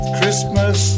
Christmas